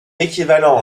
équivalent